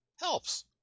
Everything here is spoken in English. helps